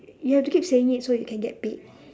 you have to keep saying it so you can get paid